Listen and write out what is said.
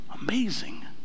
Amazing